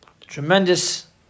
tremendous